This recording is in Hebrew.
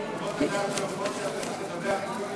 חוות הדעת שאומרות שאתה צריך לדבר עם כל מי,